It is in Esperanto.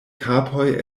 kapoj